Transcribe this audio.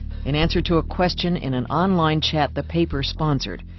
in answer to a question in an online chat the paper sponsored,